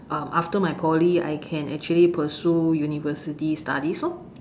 um after my poly I can actually pursue university studies lor